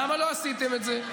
למה לא עשיתם את זה?